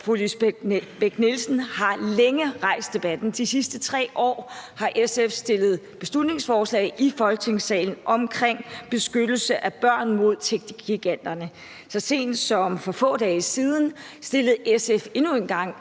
fru Lisbeth Bech-Nielsen, har længe rejst debatten. De sidste 3 år har SF fremsat beslutningsforslag i Folketingssalen om beskyttelse af børn mod techgiganterne. Så sent som for få dage siden fremsatte SF endnu en gang